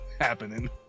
happening